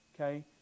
Okay